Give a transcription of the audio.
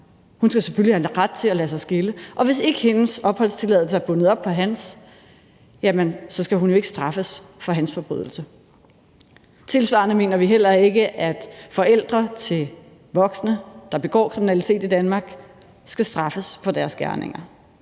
Hun skal selvfølgelig have ret til at lade sig skille. Og hvis ikke hendes opholdstilladelse er bundet op på hans, skal hun jo ikke straffes for hans forbrydelser. Tilsvarende mener vi heller ikke, at forældre til voksne børn, der begår kriminalitet i Danmark, skal straffes for børnenes gerninger.